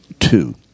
two